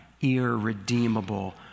irredeemable